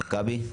מכבי.